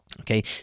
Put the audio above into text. Okay